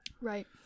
Right